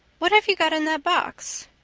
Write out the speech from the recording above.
what have you got in that box?